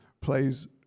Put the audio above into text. plays